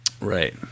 right